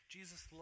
Jesus